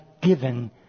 given